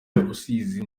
rusizi